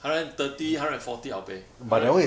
hundred and thirty hundred and forty I'll pay hundred and